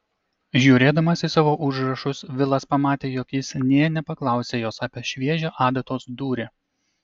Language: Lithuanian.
žiūrėdamas į savo užrašus vilas pamatė jog jis nė nepaklausė jos apie šviežią adatos dūrį